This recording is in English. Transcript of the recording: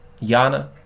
Yana